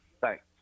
Thanks